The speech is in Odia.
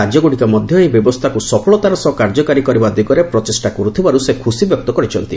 ରାଜ୍ୟଗୁଡ଼ିକ ମଧ୍ୟ ଏହି ବ୍ୟବସ୍ଥାକୁ ସଫଳତାର ସହ କାର୍ଯ୍ୟକାରୀ କରିବା ଦିଗରେ ପ୍ରଚେଷ୍ଟା କରୁଥିବାରୁ ସେ ଖୁସିବ୍ୟକ୍ତ କରିଛନ୍ତି